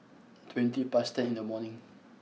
twenty past ten in the morning